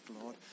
Lord